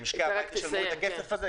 שמשקי הבית ישלמו את הכסף הזה?